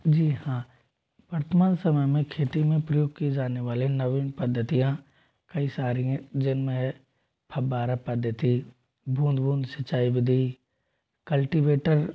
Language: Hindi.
जी हाँ वर्तमान समय में खेती में प्रयोग किए जाने वाले नवीन पद्धतियाँ कई सारी हैं जिनमे है फव्वारा पद्धति बूंद बूंद सिंचाई विधि कल्टीवेटर